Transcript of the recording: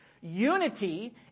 unity